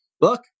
look